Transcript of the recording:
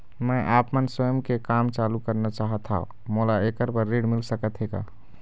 मैं आपमन स्वयं के काम चालू करना चाहत हाव, मोला ऐकर बर ऋण मिल सकत हे का?